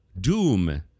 Doom